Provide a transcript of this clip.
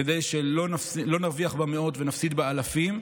כדי שלא נרוויח במאות ונפסיד באלפים,